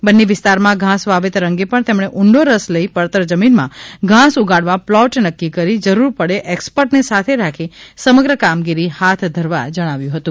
બન્ની વિસ્તારમાં ઘાસ વાવેતર અંગે પણ તેમણે ઊંડી રસ લઇ પડતર જમીનમાં ઘાસ ઉગાડવા પ્લોટ નકકી કરી જરૂર પડે એક્ષપર્ટને સાથે રાખી સમગ્ર કામગીરી હાથ ધરવા જણાવ્યું હતું